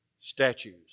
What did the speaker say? statues